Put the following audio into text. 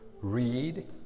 read